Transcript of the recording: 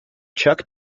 chuck